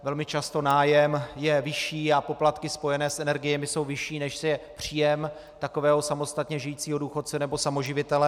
Velmi často nájem je vyšší a poplatky spojené s energiemi jsou vyšší, než je příjem takového samostatně žijícího důchodce nebo samoživitele.